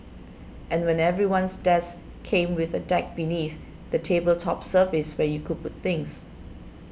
and when everyone's desk came with a deck beneath the table's top surface where you could put things